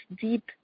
deep